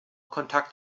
kontakt